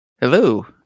Hello